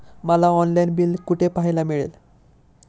मला online bill कुठे पाहायला मिळेल?